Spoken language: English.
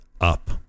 up